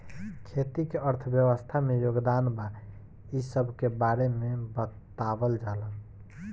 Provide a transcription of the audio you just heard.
खेती के अर्थव्यवस्था में योगदान बा इ सबके बारे में बतावल जाला